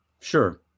Sure